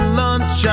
lunch